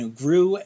grew